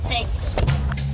thanks